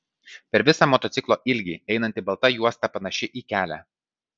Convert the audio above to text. per visą motociklo ilgį einanti balta juosta panaši į kelią